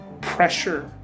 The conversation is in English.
pressure